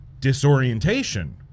disorientation